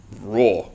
Raw